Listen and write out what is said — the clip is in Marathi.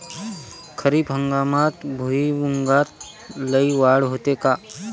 खरीप हंगामात भुईमूगात लई वाढ होते का?